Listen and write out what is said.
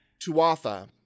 Tuatha